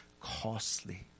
costly